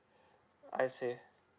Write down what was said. I see